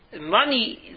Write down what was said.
money